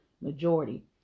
majority